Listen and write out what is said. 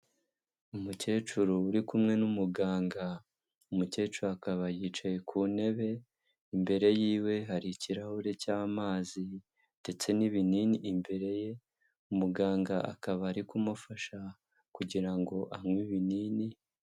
Umukecuru uri kumwe n'umuganga, umukecuru akaba yicaye ku ntebe, imbere y'iwe hari ikirahure cy'amazi ndetse n'ibinini, imbere ye umuganga akaba ari kumufasha kugirango anywe ibinini.